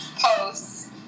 posts